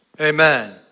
Amen